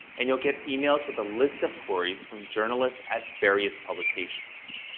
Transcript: and you'll get emails with a list of queries from journalists at various publications.